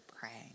praying